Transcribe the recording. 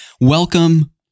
welcome